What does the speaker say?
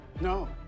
no